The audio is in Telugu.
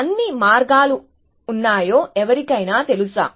ఎన్ని మార్గాలు ఉన్నాయో ఎవరికైనా తెలుసా